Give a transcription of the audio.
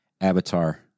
Avatar